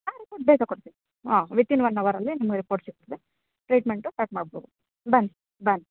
ಹಾಂ ರಿಪೋರ್ಟ್ ಬೇಗ ಕೊಡ್ತೀವಿ ಹಾಂ ವಿತಿನ್ ಒನ್ ಅವರಲ್ಲಿ ನಿಮಗೆ ರಿಪೋರ್ಟ್ ಸಿಗ್ತದೆ ಟ್ರೀಟ್ಮೆಂಟು ಸ್ಟಾರ್ಟ್ ಮಾಡ್ಬೋದು ಬನ್ನಿ ಬನ್ನಿ